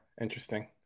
Interesting